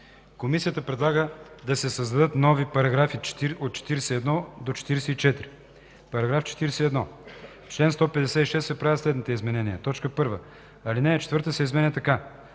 Комисията предлага да се създадат нови параграфи 41 – 44: „§ 41. В чл. 156 се правят следните изменения: 1. Алинея 4 се изменя така: